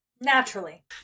Naturally